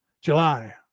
July